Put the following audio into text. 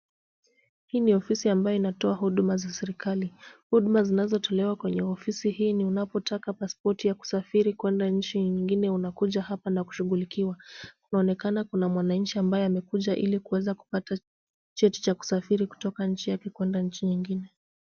Hii ni ofisi ambayo inatoa huduma za serikali. Huduma zinazotolewa kwenye ofisi hii ni unapotaka pasipoti ya kusafiri kwenda nchi nyingine unakuja hapa na kushughulikiwa. Inaonekana kuna mwananchi ambaye amekuja ili kuweza kupata cheti cha kusafiri kutoka nchi yake kwenda nchi nyingine.